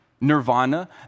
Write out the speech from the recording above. nirvana